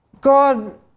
God